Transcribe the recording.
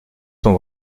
son